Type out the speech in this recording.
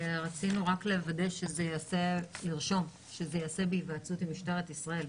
רצינו רק לוודא ולרשום שזה ייעשה בהיוועצות עם משטרת ישראל,